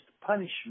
punishment